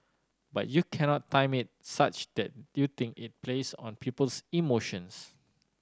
but you cannot time it such that you think it plays on people's emotions